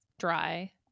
dry